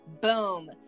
Boom